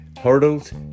hurdles